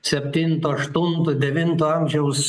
septinto aštunto devinto amžiaus